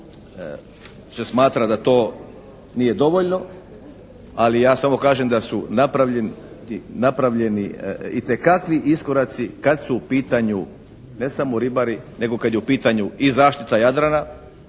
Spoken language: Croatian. da se smatra da to nije dovoljno, ali ja samo kažem da su napravljeni itekakvi iskoraci kad su u pitanju ne samo ribari nego kad je u pitanju i zaštita Jadrana